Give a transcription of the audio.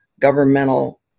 governmental